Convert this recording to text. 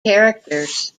characters